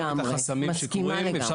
ואת החסמים שקורים.